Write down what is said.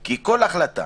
כי כל החלטה